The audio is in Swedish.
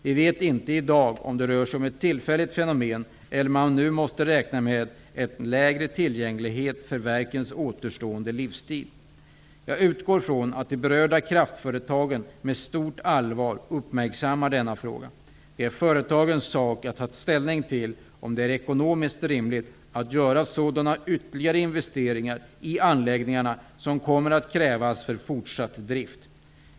Vi vet inte i dag om det rör sig om ett tillfälligt fenomen eller om man nu måste räkna med en lägre tillgänglighet för verkens återstående livstid. Jag utgår från att de berörda kraftföretagen med stort allvar uppmärksammar denna fråga. Det är företagens sak att ta ställning till om det är ekonomiskt rimligt att göra sådana ytterligare investeringar i anläggningarna som kommer att krävas för fortsatt drift.